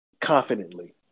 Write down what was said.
confidently